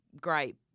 great